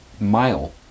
mile